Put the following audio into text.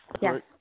Yes